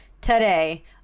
today